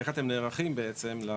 איך אתם נערכים בעצם?